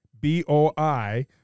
B-O-I